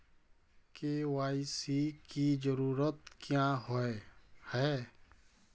KYC की जरूरत क्याँ होय है?